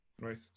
Right